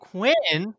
Quinn